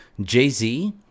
Jay-Z